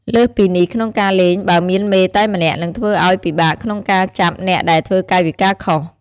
លើសពីនេះ ក្នុងការលេង បើមានមេតែម្នាក់នឹងធ្វើឱ្យពិបាកក្នុងការចាប់អ្នកដែលធ្វើកាយវិការខុស។